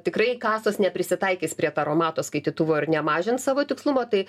tikrai kasos neprisitaikys prie taromato skaitytuvo ir nemažins savo tikslumo tai